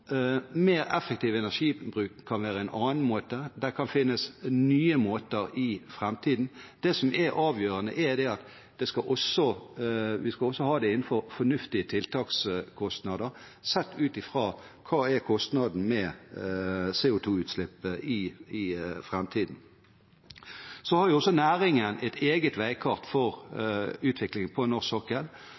Mer effektiv energibruk kan være en annen måte. Det kan komme nye måter i framtiden. Det som er avgjørende, er at vi også skal ha det innenfor fornuftige tiltakskostnader, sett ut fra hva kostnaden med CO 2 -uslipp vil være i framtiden. Næringen har også et eget veikart for utviklingen på norsk sokkel,